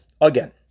again